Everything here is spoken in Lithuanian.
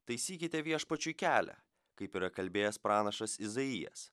taisykite viešpačiui kelią kaip yra kalbėjęs pranašas izaijas